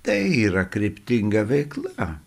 tai yra kryptinga veikla